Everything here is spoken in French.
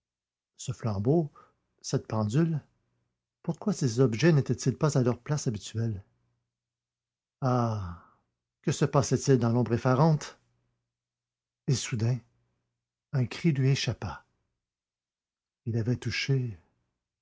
ce flambeau cette pendule pourquoi ces objets n'étaient-ils pas à leur place habituelle ah que se passait-il dans l'ombre effarante et soudain un cri lui échappa il avait touché